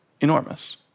enormous